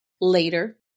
later